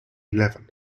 eleven